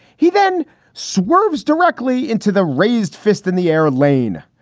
he then swerves directly into the raised fist in the air lane,